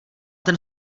ten